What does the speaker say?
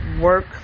work